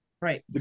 Right